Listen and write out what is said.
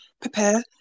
prepare